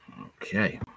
okay